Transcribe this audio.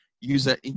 user